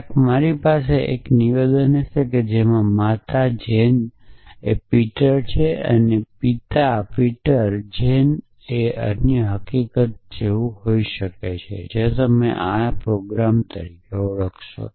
ક્યાંક મારી પાસે એક નિવેદન હશે જેમાં જેન એ પીટરના માતા છે અને તેના પિતા અને અન્ય હકીકત પણ હોઈ શકે છે તમે આને પ્રોલોગ પ્રોગ્રામ તરીકે ઓળખો છો